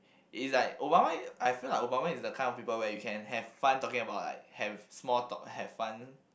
it's like Obama I feel like Obama is the kind of people where you can have fun talking about like have small talk have fun